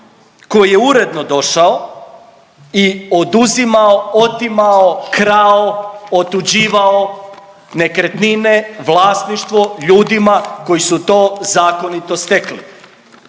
koji je uredno došao i oduzimao, otimao, krao, otuđivao nekretnine, vlasništvo ljudima koji su to zakonito stekli.